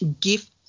give